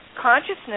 Consciousness